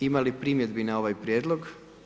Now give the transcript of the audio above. Ima li primjedbi na ovaj Prijedlog?